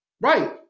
Right